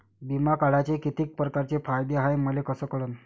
बिमा काढाचे कितीक परकारचे फायदे हाय मले कस कळन?